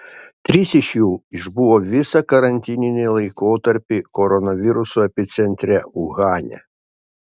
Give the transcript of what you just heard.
trys iš jų išbuvo visą karantininį laikotarpį koronaviruso epicentre uhane